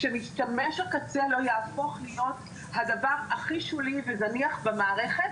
שמשתמש הקצה לא יהפוך להיות הדבר הכי שולי וזניח במערכת,